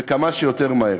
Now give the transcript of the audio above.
וכמה שיותר מהר.